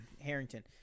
Harrington